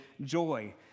joy